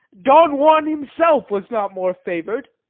don juan himself was not more favoured.